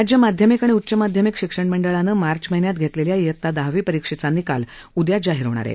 राज्य माध्यमिक आणि उच्च माध्यमिक शिक्षणमंडळानं मार्च महिन्यात घेतलेल्या इयता दहावी परीक्षेचा निकाल उदया जाहीर होणार आहे